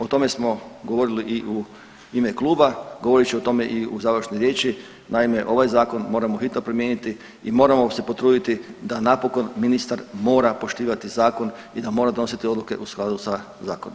O tome smo govorili i u ime kluba, govorit ću o tome i u završnoj riječi, naime ovaj zakon moramo hitno promijeniti i moramo se potruditi da napokon ministar mora poštivati zakon i da mora donositi odluke u skladu sa zakonima.